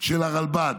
של הרלב"ד,